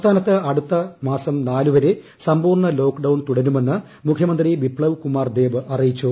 സംസ്ഥാനത്ത് അടുത്ത മാസം നാലുവരെ സമ്പൂർണ ലോക്ഡൌൺ തുടരുമെന്ന് മുഖ്യമന്ത്രി ബിപ്ലബ് കുമാർ ദേവ് അറിയിച്ചു